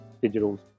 digital